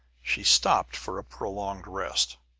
she stopped for a prolonged rest.